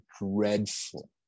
dreadful